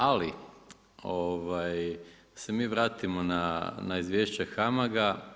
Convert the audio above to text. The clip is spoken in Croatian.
Ali da se mi vratimo na izvješće HAMAG-a.